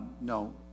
no